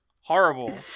Horrible